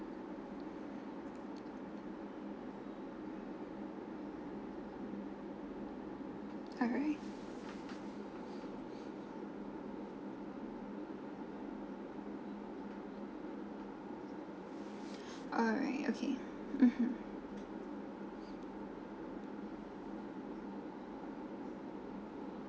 alright alright okay mmhmm